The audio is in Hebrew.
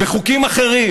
בחוקים אחרים,